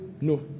no